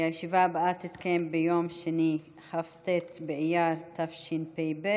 הישיבה הבאה תתקיים ביום כ"ט באייר תשפ"ב,